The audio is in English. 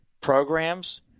programs